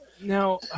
Now